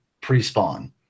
pre-spawn